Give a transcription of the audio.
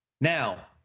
Now-